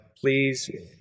please